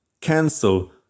cancel